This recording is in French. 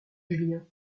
julien